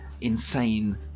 insane